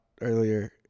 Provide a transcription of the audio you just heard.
earlier